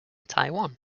taiwan